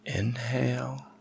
Inhale